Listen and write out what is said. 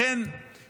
לכן